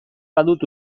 badut